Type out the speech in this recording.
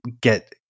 get